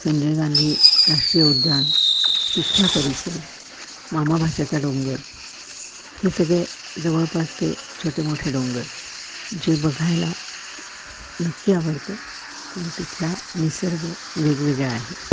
संजय गांधी राष्ट्रीय उद्यान तिथला परिसर मामाभाच्याचा डोंगर हे सगळे जवळपासचे छोटे मोठे डोंगर जे बघायला नक्की आवडतं कारण तिथला निसर्ग वेगवेगळा आहे